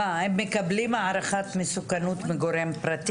מה, הם מקבלים הערכת מסוכנות מגורם פרטי?